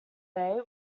day